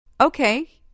Okay